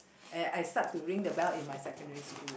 and I start to ring the bell in my secondary school